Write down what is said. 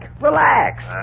Relax